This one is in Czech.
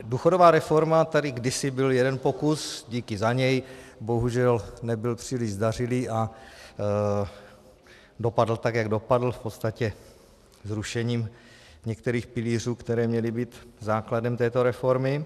Důchodová reforma tady kdysi byl jeden pokus, díky za něj, bohužel nebyl příliš zdařilý a dopadl tak, jak dopadl, v podstatě zrušením některých pilířů, které měly být základem této reformy.